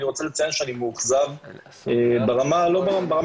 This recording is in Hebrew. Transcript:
אני רוצה לציין שאני מאוכזב ברמה הציבורית